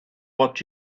what